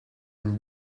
une